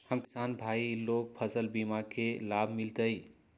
हम किसान भाई लोग फसल बीमा के लाभ मिलतई?